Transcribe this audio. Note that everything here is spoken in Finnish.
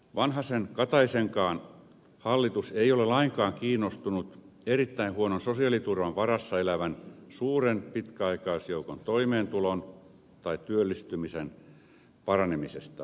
vanhasenkataisenkaan hallitus ei ole lainkaan kiinnostunut erittäin huonon sosiaaliturvan varassa elävän suuren pitkäaikaisjoukon toimeentulon tai työllistymisen parantamisesta